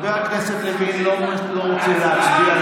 חבר הכנסת לוין לא רוצה להצביע.